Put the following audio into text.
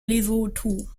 lesotho